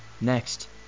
Next